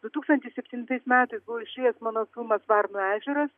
du tūkstantis septintais metais buvo išėjęs mano filmas varnų ežeras